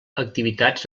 activitats